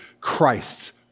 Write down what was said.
Christ's